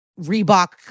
Reebok